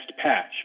patch